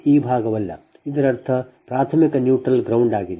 ಈ ಭಾಗವಲ್ಲ ಇದರರ್ಥ ಪ್ರಾಥಮಿಕ ನ್ಯೂಟ್ರಲ್ ground ಆಗಿದೆ